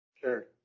Sure